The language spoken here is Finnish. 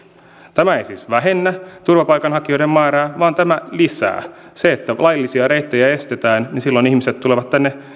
tämä ei siis vähennä turvapaikanhakijoiden määrää vaan tämä lisää kun laillisia reittejä estetään niin silloin ihmiset tulevat tänne